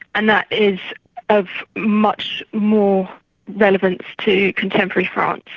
and that is of much more relevance to contemporary france,